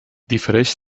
difereix